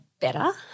better